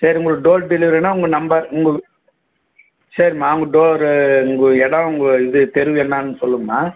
சரி உங்களுக்கு door delivery வேணும்னா உங்கள் நம்பர் உங்கள் சரிம்மா உங்கள் டோரு உங்கள் இடம் உங்கள் இது தெரு என்னென்னு சொல்லுங்கம்மா